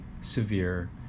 severe